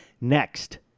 Next